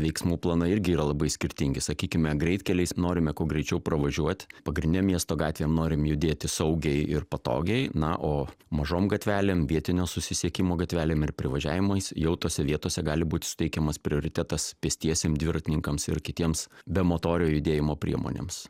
veiksmų planai irgi yra labai skirtingi sakykime greitkeliais norime kuo greičiau pravažiuot pagrindine miesto gatvėm norim judėti saugiai ir patogiai na o mažom gatvelėm vietinio susisiekimo gatvelėm ir privažiavimais jau tose vietose gali būt suteikiamas prioritetas pėstiesiem dviratininkams ir kitiems bemotorio judėjimo priemonėms